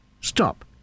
Stop